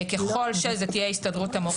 ככל שזו תהיה הסתדרות המורים,